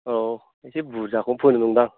औ एसे बुरजाखौनो फोनो नंदां